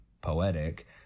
poetic